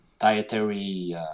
dietary